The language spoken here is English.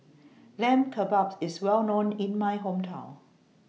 Lamb Kebabs IS Well known in My Hometown